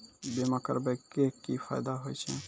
बीमा करबै के की फायदा होय छै?